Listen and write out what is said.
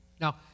Now